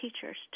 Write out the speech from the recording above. teachers